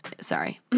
Sorry